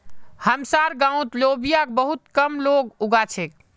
हमसार गांउत लोबिया बहुत कम लोग उगा छेक